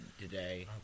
today